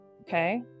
Okay